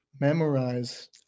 Memorize